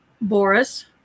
boris